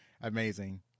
amazing